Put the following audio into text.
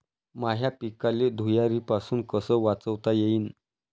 माह्या पिकाले धुयारीपासुन कस वाचवता येईन?